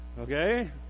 Okay